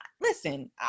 Listen